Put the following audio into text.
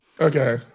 Okay